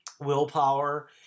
willpower